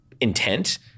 intent